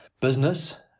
business